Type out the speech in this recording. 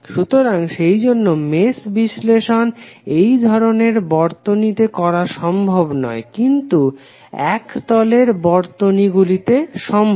সুতরাং সেইজন্য মেশ বিশ্লেষণ এই ধরনের বর্তনীতে করা সম্ভব নয় কিন্তু এক তলের বর্তনী গুলিতে সম্ভব